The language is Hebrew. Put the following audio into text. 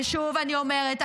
ושוב אני אומרת,